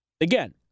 again